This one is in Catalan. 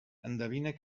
endevine